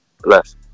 Bless